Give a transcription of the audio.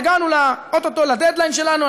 הגענו או-טו-טו לדד-ליין שלנו,